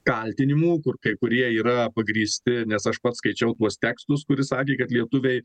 kaltinimų kur kai kurie yra pagrįsti nes aš pats skaičiau tuos tekstus kur jis sakė kad lietuviai